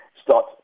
start